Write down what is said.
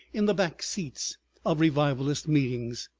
in the back seats of revivalist meetings.